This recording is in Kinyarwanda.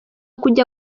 kujya